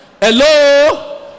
hello